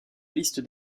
liste